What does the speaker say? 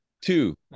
Two